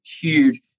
huge